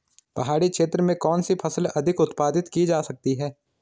पहाड़ी क्षेत्र में कौन सी फसल अधिक उत्पादित की जा सकती है?